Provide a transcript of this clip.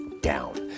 down